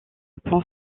pensé